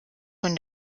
von